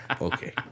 Okay